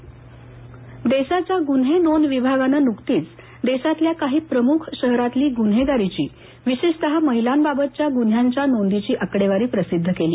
गुन्हे आकडेवारी देशाच्या गुन्हे नोंद विभागानं नुकतीच देशातल्या काही प्रमुख शहरातली ग्रन्हेगारीची विशेषतः महिलांबाबतच्या गुन्ह्यांच्या नोंदीची आकडेवारी प्रसिद्ध करण्यात आली